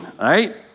right